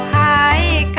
i